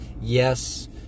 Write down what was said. Yes